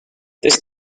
this